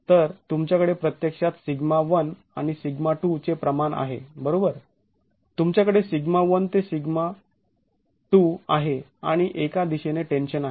तर तुमच्याकडे प्रत्यक्षात σ1 ते σ2 चे प्रमाण आहे बरोबर तुमच्याकडे σ1 ते σ2 आहे आणि एका दिशेने टेन्शन आहे